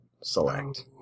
select